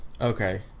okay